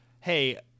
hey